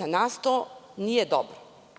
Za nas to nije dobro.